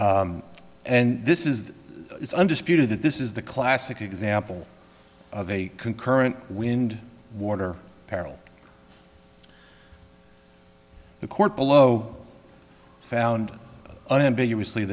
and this is undisputed that this is the classic example of a concurrent wind water barrel the court below found unambiguous leave